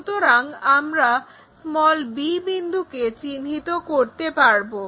সুতরাং আমরা b বিন্দুকে চিহ্নিত করতে পারব